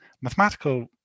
Mathematical